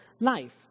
life